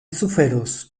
suferos